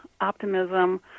optimism